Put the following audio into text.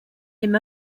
him